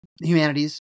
humanities